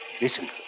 Listen